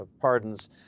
pardons